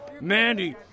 Mandy